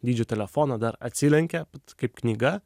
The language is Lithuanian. dydžio telefono dar atsilenkia kaip knyga